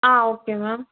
ah okay ma'am